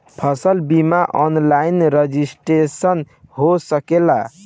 फसल बिमा online registration हो सकेला?